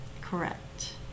Correct